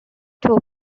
two